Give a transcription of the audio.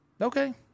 okay